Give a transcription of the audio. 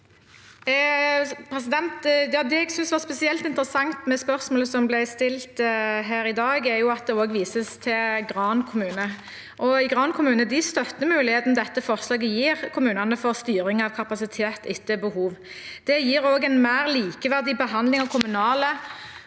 Det jeg sy- nes var spesielt interessant med spørsmålet som ble stilt her i dag, er at det også vises til Gran kommune. Gran kommune støtter muligheten dette forslaget gir kommunene til styring av kapasitet etter behov. Det gir også en mer likeverdig behandling av kommunale